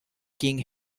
king